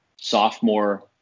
sophomore